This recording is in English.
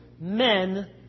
Men